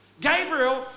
Gabriel